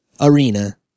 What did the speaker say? arena